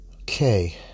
Okay